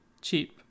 cheap